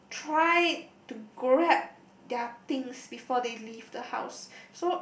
try to grab their things before they leave the house so